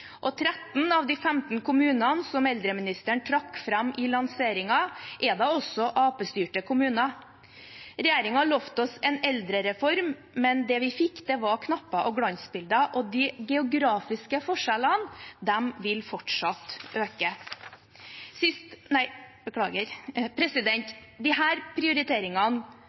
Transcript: si. 13 av de 15 kommunene som eldreministeren trakk fram i lanseringen, er da også Arbeiderparti-styrte kommuner. Regjeringen lovet oss en eldrereform, men det vi fikk, var knapper og glansbilder. Og de geografiske forskjellene vil fortsatt øke. Disse prioriteringene